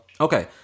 Okay